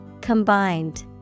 Combined